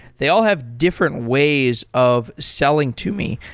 they all have different ways of selling to me.